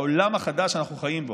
העולם החדש שאנחנו חיים בו,